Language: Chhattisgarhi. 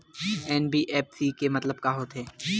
एन.बी.एफ.सी के मतलब का होथे?